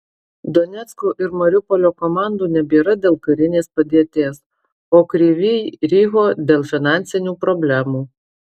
donecko ir mariupolio komandų nebėra dėl karinės padėties o kryvyj riho dėl finansinių problemų